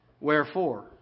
Wherefore